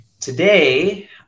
today